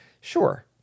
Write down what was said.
Sure